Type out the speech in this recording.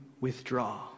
withdraw